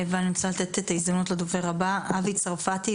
אבי צרפתי,